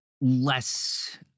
less